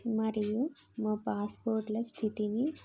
మరియు మా పాస్పోర్ట్ల స్థితిని